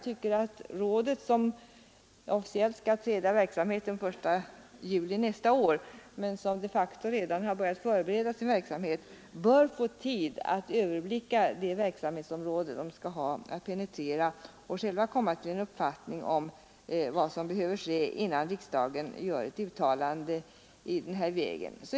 Det råd, som officiellt skall träda i verksamhet i juli nästa år men som de facto redan börjat förbereda sin verksamhet, bör få tid att överblicka det verksamhetsområde det skall ha att penetrera och då självt komma fram till en uppfattning om vad som behöver ske innan riksdagen gör ett uttalande.